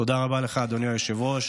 תודה רבה לך, אדוני היושב-ראש.